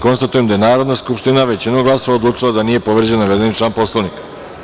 Konstatujem da je Narodna skupština većinom glasova odlučila da nije povređen navedeni član Poslovnika.